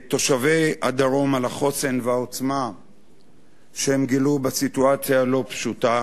את תושבי הדרום על החוסן והעוצמה שהם גילו בסיטואציה הלא-פשוטה.